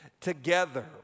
together